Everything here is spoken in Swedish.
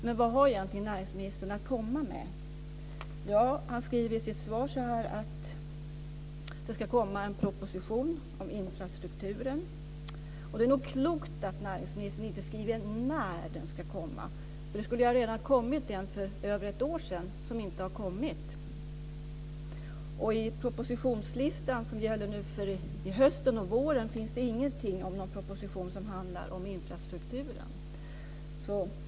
Men vad har näringsministern egentligen att komma med? I sitt svar skriver näringsministern att det ska komma en proposition om infrastrukturen. Det är nog klokt att näringsministern inte skriver när den ska komma. Det skulle ha kommit en proposition för över ett år sedan, men den har inte kommit. I propositionsförteckningen för hösten och våren finns det ingenting om någon proposition som handlar om infrastrukturen.